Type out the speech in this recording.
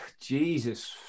Jesus